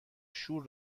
شور